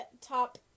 top